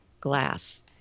glass